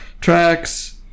Tracks